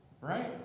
right